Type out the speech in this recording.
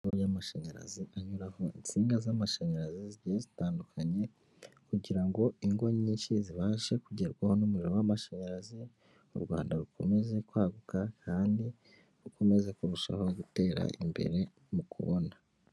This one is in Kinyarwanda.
Imiyoboro y'amashanyarazi inyuramo insinga z'amashanyarazi zigiye zitandukanye kugira ingo nyinshi zibashe kugerwaho n'umuriro w'amashanyarazi u rwanda rukomeze kwaguka kandi rukomeze kurushaho gutera imbere mu kubona.